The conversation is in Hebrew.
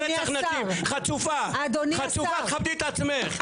חצופה, תכבדי את עצמך.